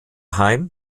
heim